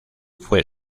fue